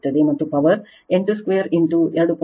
ಮತ್ತು power 8 2 into 2